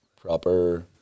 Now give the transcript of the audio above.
proper